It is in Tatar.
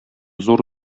зур